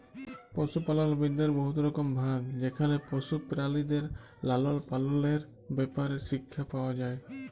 পশুপালল বিদ্যার বহুত রকম ভাগ যেখালে পশু পেরালিদের লালল পাললের ব্যাপারে শিখ্খা পাউয়া যায়